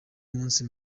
umunsi